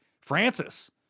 Francis